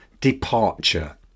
departure